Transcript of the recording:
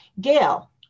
gail